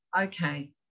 Okay